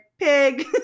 pig